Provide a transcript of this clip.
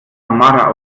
tamara